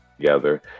together